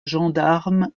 gendarme